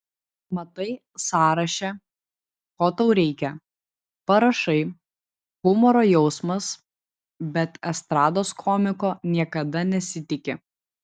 matai sąraše ko tau reikia parašai humoro jausmas bet estrados komiko niekada nesitiki